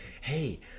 Hey